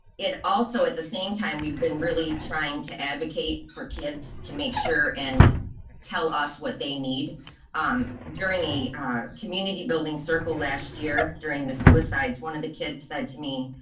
it also at the same time we've been really trying to advocate for kids to make sure and tell us what they need on during a community building circle last year during the suicides, one of the kids said to me,